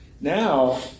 Now